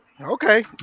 Okay